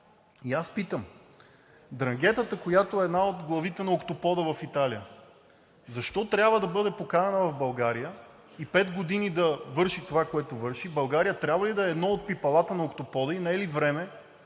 И аз питам: Ндрангетата, която е една от главите на октопода в Италия, защо трябва да бъде поканена в България и пет години да върши това, което върши? България трябва ли да е едно от пипалата на октопода и не е ли време